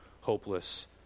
hopeless